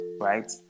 Right